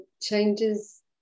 changes